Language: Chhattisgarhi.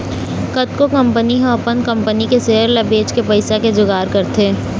कतको कंपनी ह अपन कंपनी के सेयर ल बेचके पइसा के जुगाड़ करथे